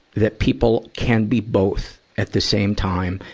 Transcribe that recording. that people can be both at the same time.